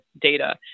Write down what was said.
data